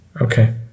okay